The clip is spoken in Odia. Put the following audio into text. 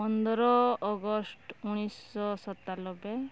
ପନ୍ଦର ଅଗଷ୍ଟ ଉଣେଇଶିଶହ ସତାଲବେ